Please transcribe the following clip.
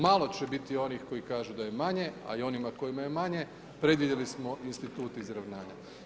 Malo će biti onih koji kažu da je manje, a i onima kojima je manje, predvidjeli smo institut izravnanja.